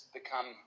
become